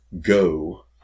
go